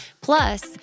plus